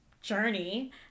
journey